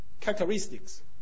characteristics